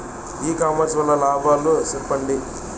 ఇ commerce వల్ల లాభాలు సెప్పండి?